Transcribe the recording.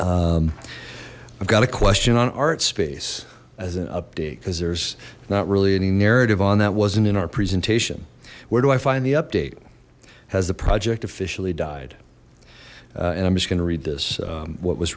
n i've got a question on art space as an update because there's not really any narrative on that wasn't in our presentation where do i find the update has the project officially died and i'm just going to read this what was